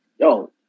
yo